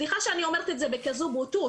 סליחה שאני אומרת את זה בכזאת בוטות,